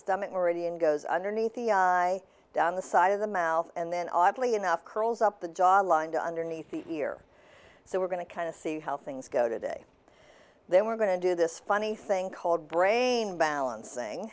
stomach already and goes underneath the down the side of the mouth and then oddly enough curls up the jaw line to underneath the ear so we're going to kind of see how things go today then we're going to do this funny thing called brain balancing